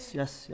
yes